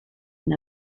and